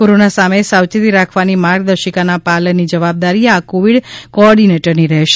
corona સામે સાવચેતી રાખવાની માર્ગદર્શિકાના પાલનની જવાબદારી આ કોવિડ કોઓરડીનેટરની રહેશે